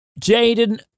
Jaden